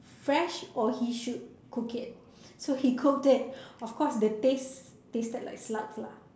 fresh or he should cook it so he cooked it of course the taste tasted like slugs lah